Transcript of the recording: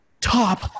top